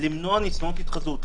למנוע ניסיונות התחזות.